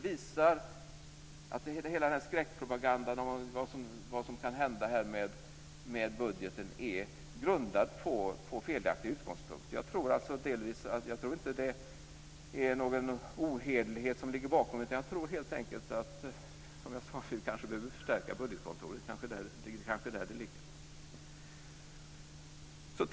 Det visar att hela skräckpropagandan om vad som kan hända med budgeten är grundad på felaktiga utgångspunkter. Jag tror inte att det är någon ohederlighet som ligger bakom. Jag tror helt enkelt, som jag sade förut, att vi kanske behöver förstärka budgetkontoret. Det är kanske där det ligger.